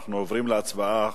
אנחנו עוברים להצבעה,